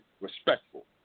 respectful